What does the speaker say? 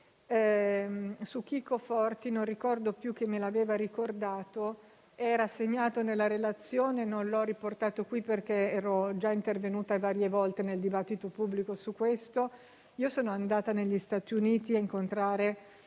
su Chicco Forti (non so più che me l'aveva ricordato); era segnato nella relazione, non l'ho riportato qui perché ero già intervenuta varie volte nel dibattito pubblico su questo tema. Sono andata negli Stati Uniti a incontrare